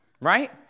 right